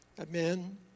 Amen